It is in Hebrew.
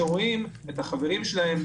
שרואים את החברים שלהם,